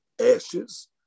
ashes